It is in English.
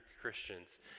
Christians